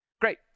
Great